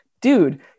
dude